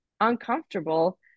uncomfortable